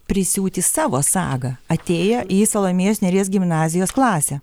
prisiūti savo sagą atėję į salomėjos nėries gimnazijos klasę